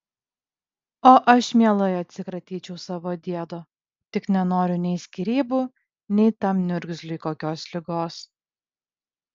o aš mielai atsikratyčiau savo diedo tik nenoriu nei skyrybų nei tam niurgzliui kokios ligos